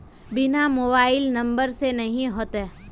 बिना mobile number से नहीं होते?